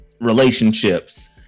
relationships